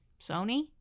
Sony